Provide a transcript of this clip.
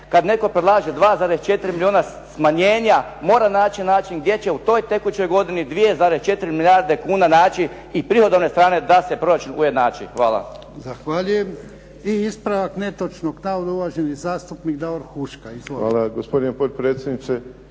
kad netko predlaže 2,4 milijuna smanjenja, mora naći način gdje će u toj tekućoj godini 2,4 milijarde kuna naći iz prihodovne strane da se proračun ujednači. Hvala. **Jarnjak, Ivan (HDZ)** Zahvaljujem. I ispravak netočnog navoda, uvaženi zastupnik Davor Huška. Izvolite.